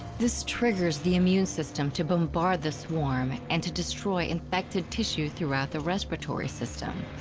this triggers the immune system to bombard the swarm and to destroy infected tissue throughout the respiratory system.